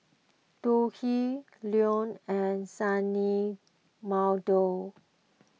Leo and Sunny